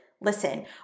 listen